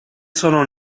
sono